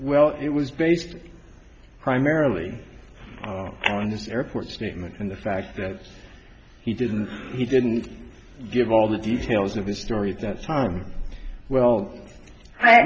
well it was based primarily on this airport statement and the fact that he didn't he didn't give all the details of his story that time well